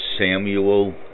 Samuel